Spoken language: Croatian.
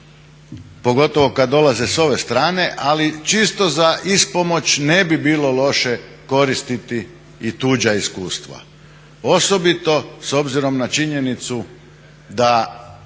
pogotovo kada dolaze s ove strane ali čisto za ispomoć ne bi bilo loše koristiti i tuđa iskustva. Osobito s obzirom na činjenicu da